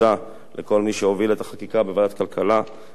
לכל מי שהוביל את החקיקה בוועדת הכלכלה בנושא הזה,